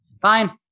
Fine